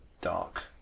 dark